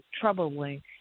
troubling